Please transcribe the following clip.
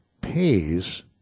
pays